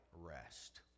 rest